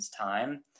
time